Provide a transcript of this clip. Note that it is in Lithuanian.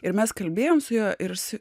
ir mes kalbėjom su juo ir jisai